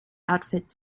outfit